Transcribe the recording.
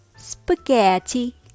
spaghetti